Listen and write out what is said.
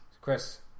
Chris